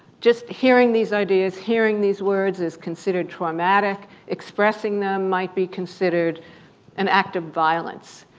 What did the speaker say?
just hearing these ideas, hearing these words is considered traumatic. expressing them might be considered an act of violence.